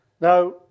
Now